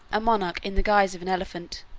a monarch in the guise of an elephant,